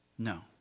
No